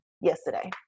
yesterday